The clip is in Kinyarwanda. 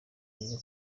yiga